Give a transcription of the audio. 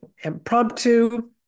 impromptu